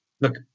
look